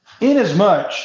Inasmuch